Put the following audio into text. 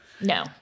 No